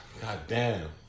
goddamn